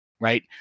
right